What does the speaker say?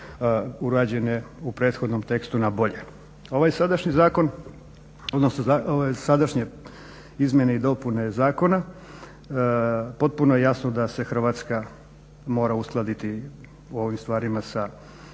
urađene u prethodnom tekstu na bolje. Ovaj sadašnji zakon odnosno sadašnje izmjene i dopune zakona potpuno je jasno da se Hrvatska mora uskladiti u ovim stvarima sa